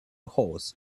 horse